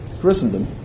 Christendom